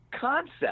concept